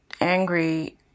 angry